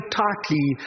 tightly